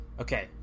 Okay